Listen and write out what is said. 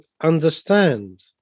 understand